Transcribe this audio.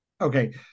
Okay